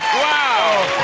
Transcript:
wow